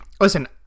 Listen